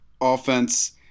offense